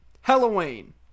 Halloween